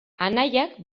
anaiak